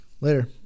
Later